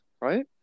right